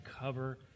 cover